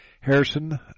Harrison